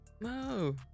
No